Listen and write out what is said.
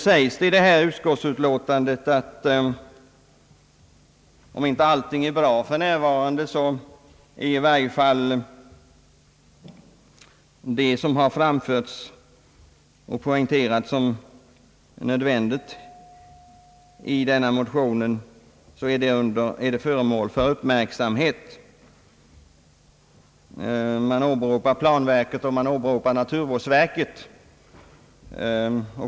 I detta utskottsutlåtande säges att om inte allt är bra för närvarande är i alla fall det som i denna motion framförts och poängterats som nödvändigt föremål för uppmärksamhet. Man åberopar planverket och man åberopar naturvårdsverket.